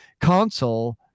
console